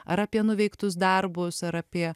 ar apie nuveiktus darbus ar apie